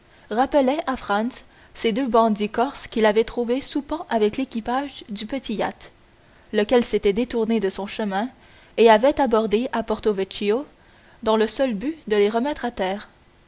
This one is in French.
rappelait à franz ces deux bandits corses qu'il avait trouvés soupant avec l'équipage du petit yacht lequel s'était détourné de son chemin et avait abordé à porto vecchio dans le seul but de les remettre à terre